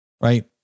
right